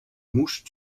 mouches